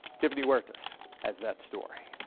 tiffany huertas has that story.